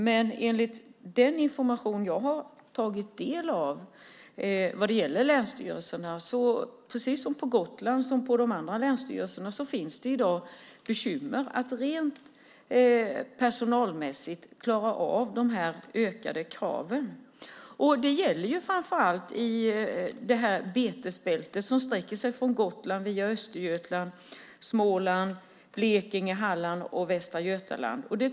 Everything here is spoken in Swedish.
Men enligt den information jag har tagit del av vad gäller länsstyrelserna, såväl på Gotland som på andra håll, finns det i dag bekymmer när det gäller att rent personalmässigt klara av de ökade kraven. Det gäller framför allt i det betesbälte som sträcker sig från Gotland via Östergötland, Småland, Blekinge, Halland och Västra Götaland.